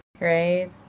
right